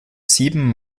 sieben